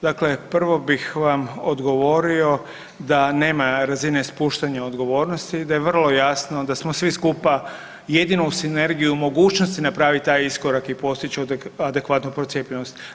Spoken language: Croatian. Dakle, prvo bih vam odgovorio da nema razine spuštanja odgovornosti, da je vrlo jasno da smo svi skupa jedino uz sinergiju mogućnosti napravit taj iskorak i postić adekvatnu procijepljenost.